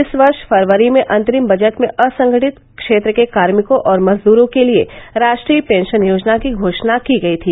इस वर्ष फरवरी में अंतरिम बजट में असंगठित क्षेत्र के कार्मिकों और मजदूरों के लिए राष्ट्रीय पेंशन योजना की घोषणा की गई थी